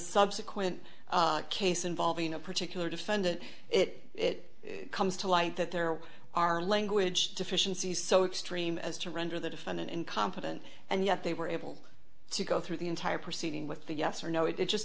subsequent case involving a particular defendant it comes to light that there are language deficiencies so extreme as to render the defendant incompetent and yet they were able to go through the entire proceeding with the yes or no it just